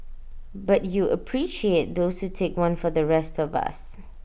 but you appreciate those who take one for the rest of us